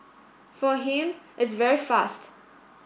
for him it's very fast